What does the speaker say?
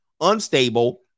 unstable